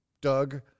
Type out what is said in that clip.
Doug